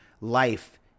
life